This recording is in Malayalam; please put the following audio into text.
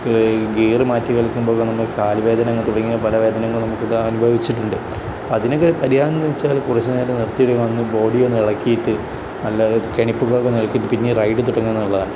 ഗിയറ് മാറ്റി കളിക്കുമ്പോഴൊക്കെ നമ്മൾ കാല് വേദനകൾ തുടങ്ങിയ പല വേദനകൾ നമുക്ക് ഇത് അനുഭവിച്ചിട്ടുണ്ട് അതിനൊക്കെ പരിഹാരമെന്ന് വച്ചാൽ കുറച്ചു നേരം നിർത്തി ഇടുക ബോഡിയൊന്ന് ഇളക്കിയിട്ട് നല്ല പിന്നെ റൈഡ് തുടങ്ങുക എന്നുള്ളതാണ്